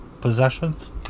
possessions